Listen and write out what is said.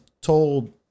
told